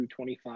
25